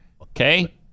okay